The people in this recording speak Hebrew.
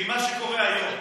מה שקורה היום,